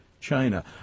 China